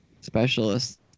Specialist